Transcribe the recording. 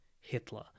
Hitler